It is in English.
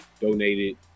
donated